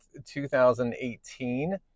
2018